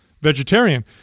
vegetarian